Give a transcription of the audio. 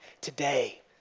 today